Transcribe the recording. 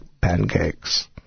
pancakes